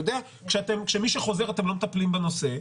כשמי שחוזר, אתם לא מטפלים בנושא.